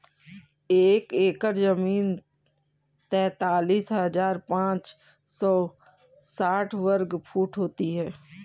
एक एकड़ जमीन तैंतालीस हजार पांच सौ साठ वर्ग फुट होती है